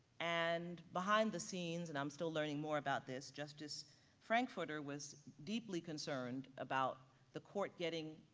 and behind the scenes, and i'm still learning more about this, justice frankfurter was deeply concerned about the court getting,